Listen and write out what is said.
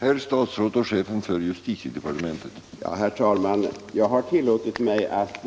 Herr talman! Jag har i svaret tillåtit mig att